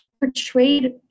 portrayed